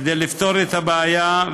כן, כי חברי הקואליציה מתאספים פה.